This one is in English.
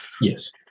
Yes